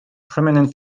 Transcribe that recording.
prominent